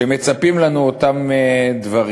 שמצפים לנו אותם דברים.